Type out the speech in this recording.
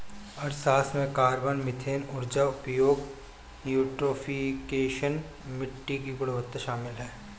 अर्थशास्त्र में carbon, methane ऊर्जा उपयोग, यूट्रोफिकेशन, मिट्टी की गुणवत्ता शामिल है